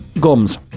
gums